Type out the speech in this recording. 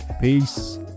Peace